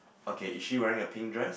okay is she wearing a pink dress